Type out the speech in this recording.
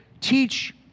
teach